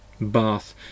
Bath